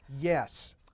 Yes